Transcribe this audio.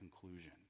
conclusion